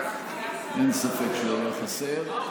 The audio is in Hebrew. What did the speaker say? אין ספק שהיה חסר,